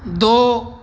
ਦੋ